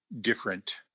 different